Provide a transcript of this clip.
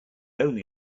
only